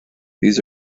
these